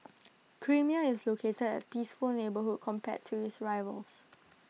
creamier is located at A peaceful neighbourhood compared to its rivals